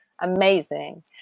amazing